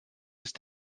ist